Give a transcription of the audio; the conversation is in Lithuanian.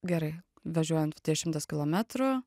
gerai važiuojant ties šimtas kilometrų